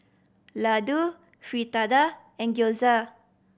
Ladoo Fritada and Gyoza